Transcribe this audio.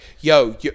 yo